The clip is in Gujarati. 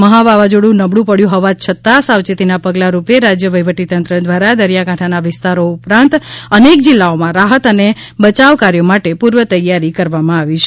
મહા વાવાઝોડું નબળું પડ્યું હોવા છતાં સાવચેતીના પગલાંરુપે રાજ્ય વહીવટીતંત્ર દ્વારા દરિયાકાંઠાના વિસ્તારો ઉપરાંત અને જિલ્લાઓમાં રાહત અને બચાવ કાર્યો માટે પૂર્વ તૈયારી કરવામાં આવી છે